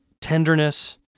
tenderness